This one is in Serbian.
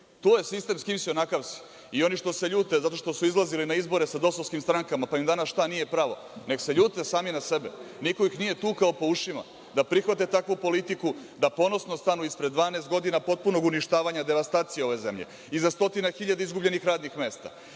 Tu je sistem – s kim si, onakav si. I oni što se ljute zato što su izlazili na izbore sa dosovskim strankama pa im danas mnogo šta nije pravo, nek se ljute sami na sebe. Niko ih nije tukao po ušima da prihvate takvu politiku, da ponosno stanu ispred 12 godina potpunog uništavanja i devastacije ove zemlje, iza stotine hiljada izgubljenih radnih mesta,